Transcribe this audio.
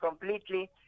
completely